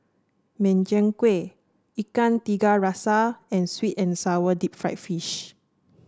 Min Chiang Kueh Ikan Tiga Rasa and sweet and sour Deep Fried Fish